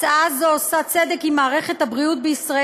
הצעה זו עושה צדק עם מערכת הבריאות בישראל,